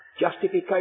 justification